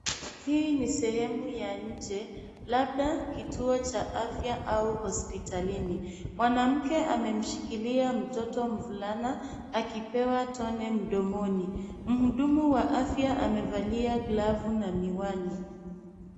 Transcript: Hii ni sehemu ya nje, labda kituo cha afya au hospitalini. Mwanamke amemshikilia mtoto mvulana akipewa tone mdomoni. Mhudumu wa afya amevalia glavu na miwani.